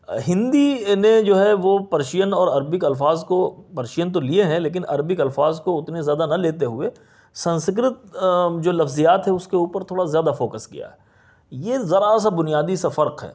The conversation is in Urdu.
ہندی نے جو ہے وہ پرشین اور عربک الفاظ کو پرشین تو لیے ہیں لیکن عربک الفاظ کو اتنے زیادہ نہ لیتے ہوئے سنسکرت جو لفظیات ہے اس کے اوپر تھوڑا زیادہ فوکس کیا ہے یہ ذرا سا بنیادی سا فرق ہے